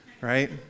Right